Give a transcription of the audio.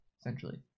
essentially